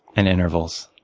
and intervals,